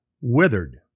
withered